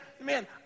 man